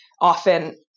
often